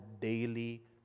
daily